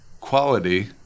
quality